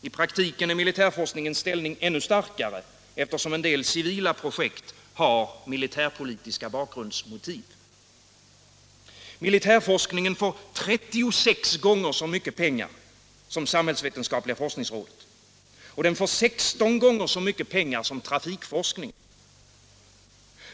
I praktiken är militärforskningens ställning ännu starkare, eftersom en del civila projekt har militärpolitiska bakgrundsmotiv. Militärforskningen får 36 gånger så mycket pengar som samhällsvetenskapliga forskningsrådet, och den får 16 gånger så mycket pengar som trafikforskningen.